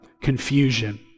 confusion